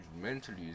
Mentally